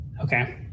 Okay